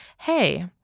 hey